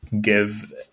give